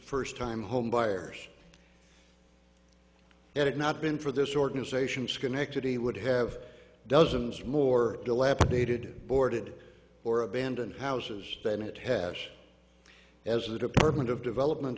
first time home buyers it had not been for this organization schenectady would have dozens more dilapidated boarded or abandoned houses than it has as the department of development